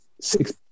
six